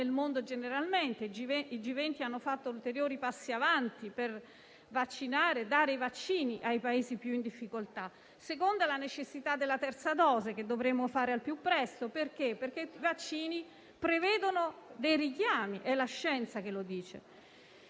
mondo generalmente. Al G20 sono stati fatti ulteriori passi avanti per fornire i vaccini ai Paesi più in difficoltà. Il secondo ambito è la necessità della terza dose che dovremo fare al più presto perché i vaccini prevedono dei richiami. È la scienza che lo dice.